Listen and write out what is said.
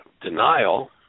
denial